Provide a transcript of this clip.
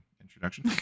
introduction